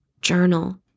Journal